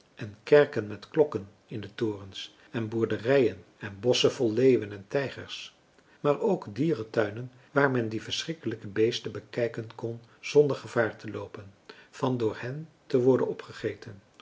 en kerken met klokken in de torens en boerderijen en bosschen vol leeuwen en tijgers maar ook dierentuinen waar men die verschrikkelijke beesten bekijken kon zonder gevaar te loopen van door hen te worden opgegeten